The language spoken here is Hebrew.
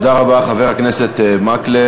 תודה רבה, חבר הכנסת מקלב.